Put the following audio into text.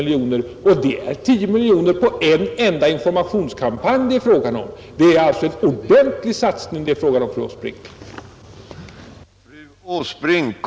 Och det måste satsas omkring 10 miljoner på en enda informationskampanj! Det är alltså en ordentlig satsning det är fråga om, fru Åsbrink.